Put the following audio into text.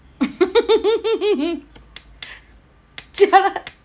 jialat